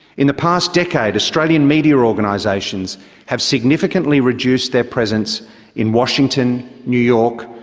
in the past decade, australian media organisations have significantly reduced their presence in washington, new york,